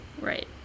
Right